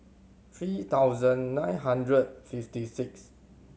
three thousand nine hundred fifty sixth